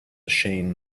shane